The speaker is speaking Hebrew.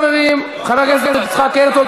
חברים: חבר הכנסת יצחק הרצוג,